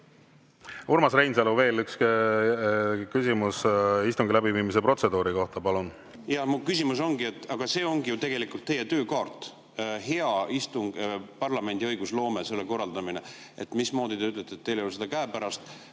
Urmas Reinsalu, veel üks küsimus istungi läbiviimise protseduuri kohta, palun! Mu küsimus ongi, et aga see ongi ju tegelikult teie töökaart, parlamendi hea õigusloome, selle korraldamine. Mismoodi te ütlete, et teil ei ole seda käepärast